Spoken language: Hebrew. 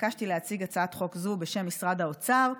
התבקשתי להציג הצעת חוק זו בשם משרד האוצר.